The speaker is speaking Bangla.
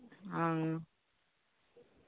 ও